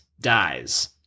dies